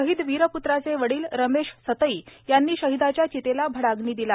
शहीद वीरप्त्राचे वडील रमेश सतई यांनी शहिदाच्या चितेला भडाग्नी दिला